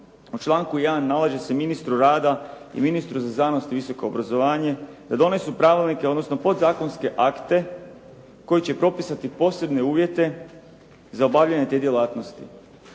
u članku 1. nalaže se ministru rada i ministru za znanost i visoko obrazovanje da donesu pravilnike, odnosno podzakonske akte koji će propisati posebne uvjete za obavljanje te djelatnosti.